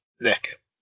Nick